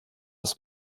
das